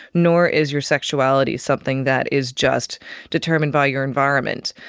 nor is your sexuality something that is just determined by your environment.